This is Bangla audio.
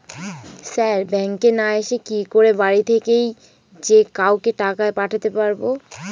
স্যার ব্যাঙ্কে না এসে কি করে বাড়ি থেকেই যে কাউকে টাকা পাঠাতে পারবো?